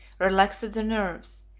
relaxed the nerves,